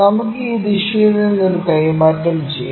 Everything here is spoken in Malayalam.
നമുക്ക് ഈ ദിശയിൽ നിന്ന് ഒരു കൈമാറ്റം ചെയ്യാം